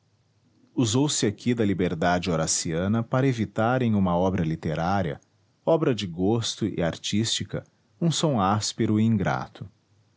usou se aqui da liberdade horaciana para evitar em uma obra literária obra de gosto e artística um som áspero e ingrato